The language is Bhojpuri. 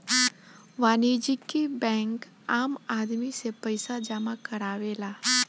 वाणिज्यिक बैंक आम आदमी से पईसा जामा करावेले